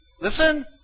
listen